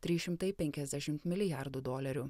trys šimtai penkiasdešimt milijardų dolerių